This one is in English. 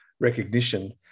recognition